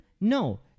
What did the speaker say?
No